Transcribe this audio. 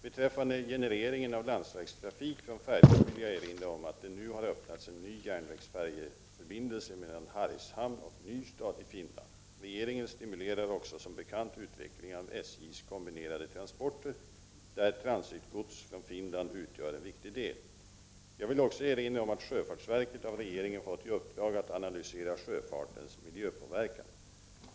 Beträffande genereringen av landsvägstrafik från färjor vill jag erinra om att det nu har öppnats en ny järnvägsfärjeförbindelse mellan Hargshamn och Nystad i Finland. Regeringen stimulerar också som bekant utvecklingen av SJ:s kombinerade transporter, där transitgods från Finland utgör en viktig del. Jag vill också erinra om att sjöfartsverket av regeringen har fått i uppdrag att analysera sjöfartens miljöpåverkan.